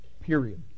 period